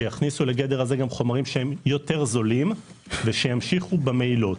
שיכניסו לגדר הזה חומרים יותר זולים ושימשיכו במהילות.